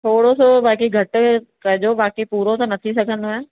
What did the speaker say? थोरो सो बाक़ी घटि कजो बाक़ी पूरो न थी सघंदव